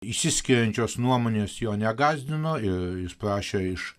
išsiskiriančios nuomonės jo negąsdino ir jis prašė iš